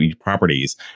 properties